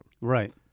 Right